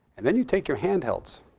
and then you take your handhelds.